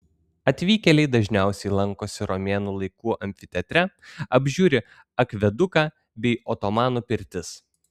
atvykėliai dažniausiai lankosi romėnų laikų amfiteatre apžiūri akveduką bei otomanų pirtis